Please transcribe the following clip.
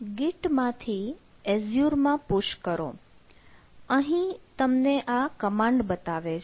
Git માંથી Azure માં push કરો અહીં તમને આ કમાન્ડ બતાવે છે